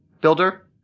builder